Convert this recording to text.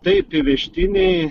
taip įvežtiniai